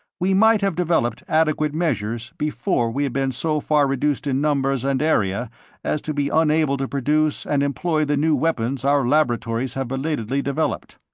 we might have developed adequate measures before we had been so far reduced in numbers and area as to be unable to produce and employ the new weapons our laboratories have belatedly developed.